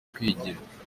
kwigira